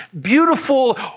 beautiful